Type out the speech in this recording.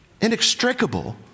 inextricable